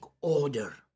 order